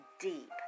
deep